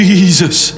Jesus